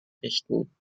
richten